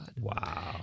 Wow